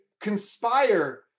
conspire